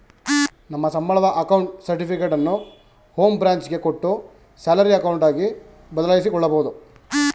ನಮ್ಮ ಸಂಬಳದ ಅಕೌಂಟ್ ಸರ್ಟಿಫಿಕೇಟನ್ನು ಹೋಂ ಬ್ರಾಂಚ್ ಗೆ ಕೊಟ್ಟು ಸ್ಯಾಲರಿ ಅಕೌಂಟ್ ಆಗಿ ಬದಲಾಯಿಸಿಕೊಬೋದು